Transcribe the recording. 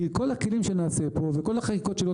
כי כל הכלים שנעשה פה וכל החקיקות שלא